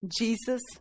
Jesus